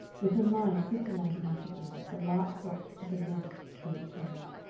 with her mind crystallizing out again as the lark dropped to the nest in the turf.